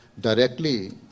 directly